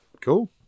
Cool